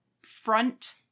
front